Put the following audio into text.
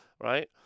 right